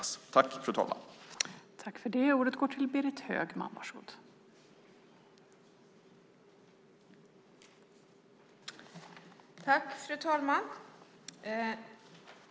Då Luciano Astudillo, som framställt interpellationen, anmält att han var förhindrad att närvara vid sammanträdet medgav tredje vice talmannen att Berit Högman i stället fick delta i överläggningen.